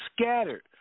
scattered